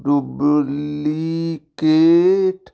duplicate